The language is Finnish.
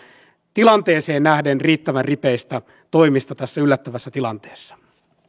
tilanteeseen nähden riittävän ripeistä toimista tässä yllättävässä tilanteessa